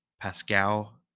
Pascal